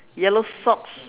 yellow socks